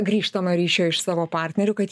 grįžtamojo ryšio iš savo partnerių kad